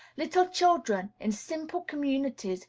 little children, in simple communities,